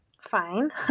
fine